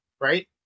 right